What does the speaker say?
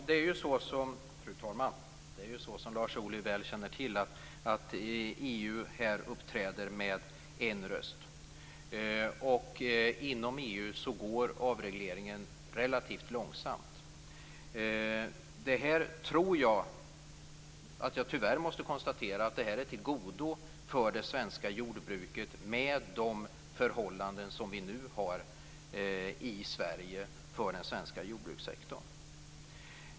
Fru talman! Som Lars Ohly väl känner till uppträder EU här med en röst. Inom EU går avregleringen relativt långsamt. Jag måste nog tyvärr konstatera att det är till godo för det svenska jordbruket med de förhållanden som nu råder i Sverige för den svenska jordbrukssektorn.